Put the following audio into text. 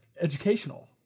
educational